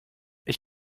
ich